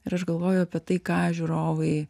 ir aš galvoju apie tai ką žiūrovai